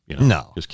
No